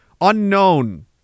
unknown